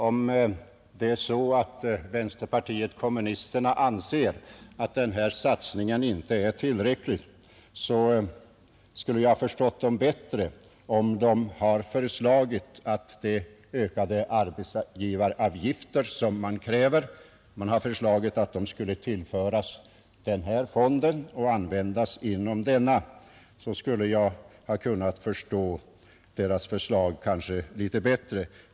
Om det är så att vänsterpartiet kommunisterna anser att den här satsningen inte är tillräcklig, så skulle jag ha förstått dem bättre om de hade föreslagit att de ökade arbetsgivaravgifter som de kräver skulle tillföras arbetarskyddsfonden och användas inom denna.